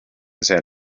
san